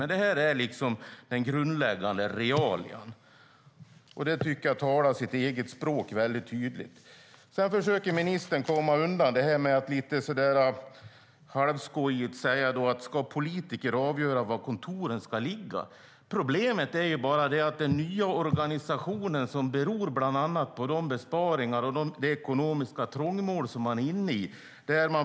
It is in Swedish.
Men det här är den grundläggande realian, och den tycker jag talar sitt eget tydliga språk. Ministern försöker komma undan genom att lite halvskojigt fråga om politiker ska avgöra var kontoren ska ligga. Problemet är bara den nya organisationen, vars problem bland annat beror på besparingarna och det ekonomiska trångmål den är i.